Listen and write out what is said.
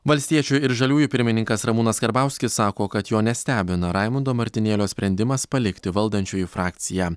valstiečių ir žaliųjų pirmininkas ramūnas karbauskis sako kad jo nestebina raimundo martinėlio sprendimas palikti valdančiųjų frakciją